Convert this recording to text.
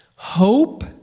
Hope